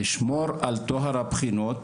לשמור על טוהר הבחינות,